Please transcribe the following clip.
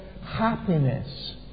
happiness